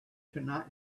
tonight